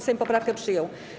Sejm poprawkę przyjął.